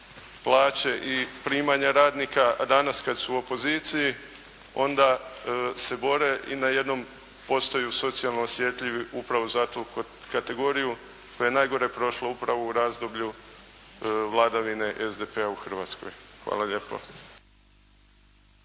plaće i primanja radnika, a danas kada su u opoziciji onda se bore i najednom postaju socijalno osjetljivi upravo za tu kategoriju koja je najgore prošla upravo u razdoblju vladavine SDP-a u Hrvatskoj. Hvala lijepo.